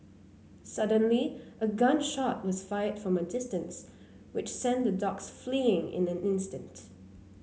suddenly a gun shot was fired from a distance which sent the dogs fleeing in an instant